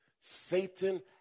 Satan